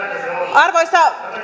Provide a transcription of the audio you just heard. arvoisa